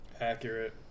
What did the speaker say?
Accurate